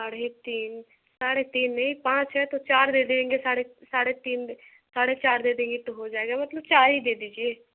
साढ़े तीन साढ़े नहीं पाँच है तो चार दे देंगे साढ़े साढ़े तीन साढ़े चार दे देंगी तो हो जाएगा मतलब चार ही दे दीजिए